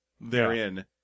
therein